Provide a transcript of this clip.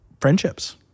friendships